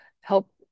help